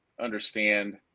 understand